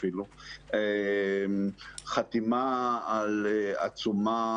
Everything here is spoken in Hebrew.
חתימה על עצומה